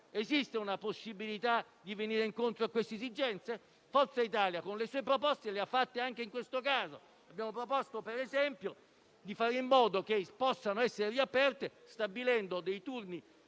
Esiste una possibilità di venire incontro a queste esigenze? Forza Italia ha fatto le sue proposte anche in questo caso; abbiamo proposto - per esempio - di fare in modo che possano essere riaperte stabilendo dei turni